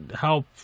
help